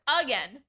again